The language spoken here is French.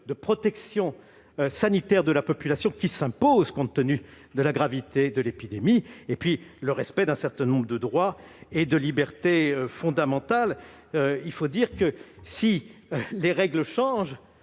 de protection sanitaire de la population, qui s'imposent compte tenu de la gravité de l'épidémie, et le respect d'un certain nombre de droits et de libertés fondamentales. Il faut dire, enfin, que si les règles changent,